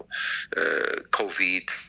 COVID